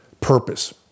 purpose